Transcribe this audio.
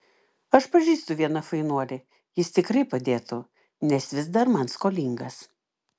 aš pažįstu vieną fainuolį jis tikrai padėtų nes vis dar man skolingas